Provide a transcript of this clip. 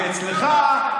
כי אצלך,